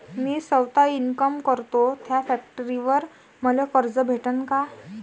मी सौता इनकाम करतो थ्या फॅक्टरीवर मले कर्ज भेटन का?